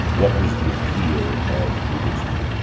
what was the appeal of buddhism?